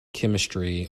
chemistry